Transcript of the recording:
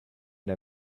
der